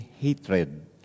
hatred